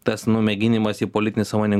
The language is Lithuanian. tas nu mėginimas į politinį sąmonin